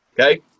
okay